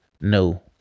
No